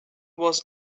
was